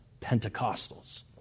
Pentecostals